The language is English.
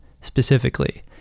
specifically